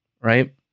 right